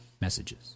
messages